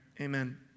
Amen